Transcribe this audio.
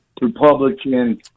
Republican